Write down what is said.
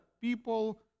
people